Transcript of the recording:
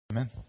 Amen